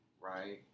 right